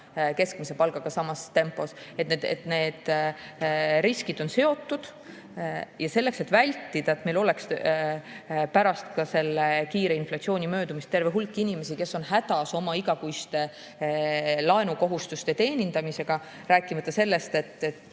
keskmise palgaga samas tempos. Need riskid on seotud. Ja selleks, et vältida seda, et meil on pärast kiire inflatsiooni möödumist terve hulk inimesi, kes on hädas oma igakuiste laenukohustuste teenindamisega, rääkimata sellest, et